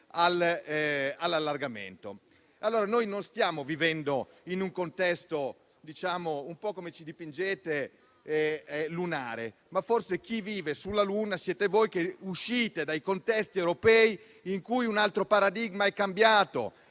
Noi non stiamo vivendo in un contesto - come ci dipingete - lunare, ma forse chi vive sulla luna siete voi, che uscite dai contesti europei in cui un altro paradigma è cambiato,